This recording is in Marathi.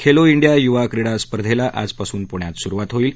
खेलो इंडिया युवा क्रीडा स्पर्धेला उद्यापासून पुण्यात सुरुवात होईल